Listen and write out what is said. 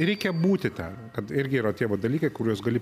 reikia būti ten kad irgi yra tie va dalykai kuriuos gali